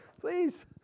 please